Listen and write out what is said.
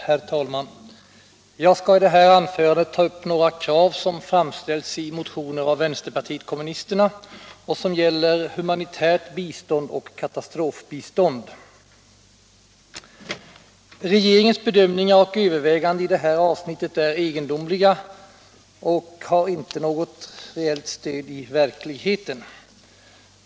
Herr talman! Jag skall i det här anförandet ta upp några krav som framställts i motioner av vänsterpartiet kommunisterna och som gäller humanitärt bistånd och katastrofbistånd. Regeringens bedömningar och överväganden i det här avsnittet är egendomliga och har inte något reellt stöd i verkligheten.